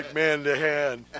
man-to-hand